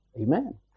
Amen